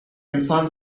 انسان